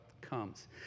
comes